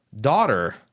Daughter